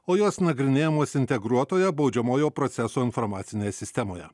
o jos nagrinėjamos integruotoje baudžiamojo proceso informacinėje sistemoje